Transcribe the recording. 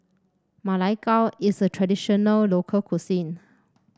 Ma Lai Gao is a traditional local cuisine